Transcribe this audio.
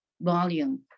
volume